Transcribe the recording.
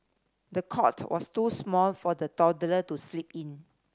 the cot was too small for the toddler to sleep in